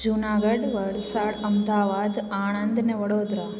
जूनागढ़ वलसाड अहमदाबाद आनंद अने वडोदरा